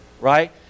right